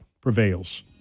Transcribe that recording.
prevails